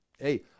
hey